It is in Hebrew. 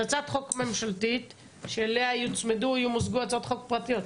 זו הצעת חוק ממשלתית שאליה ימוזגו הצעות חוק הפרטיות.